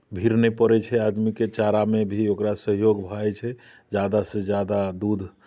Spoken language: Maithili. भीर नहि पड़ै छै आदमीके चारामे भी ओकरा सहयोग भऽ जाइ छै ज्यादासँ ज्यादा दूध